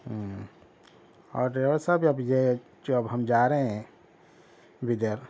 ہوں اور ڈرائیور صاحب اب یہ جو اب ہم جا رہے ہیں ودھر